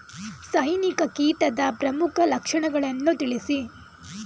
ಸೈನಿಕ ಕೀಟದ ಪ್ರಮುಖ ಲಕ್ಷಣಗಳನ್ನು ತಿಳಿಸಿ?